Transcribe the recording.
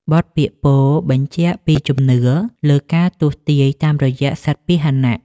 បទពាក្យពោលបញ្ជាក់ពីជំនឿលើការទស្សន៍ទាយតាមរយៈសត្វពាហនៈ។